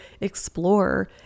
explore